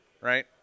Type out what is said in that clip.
right